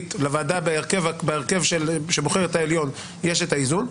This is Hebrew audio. בהרכב שבוחר את העליון יש את האיזון.